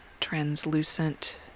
translucent